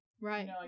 Right